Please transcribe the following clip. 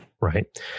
right